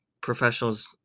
professionals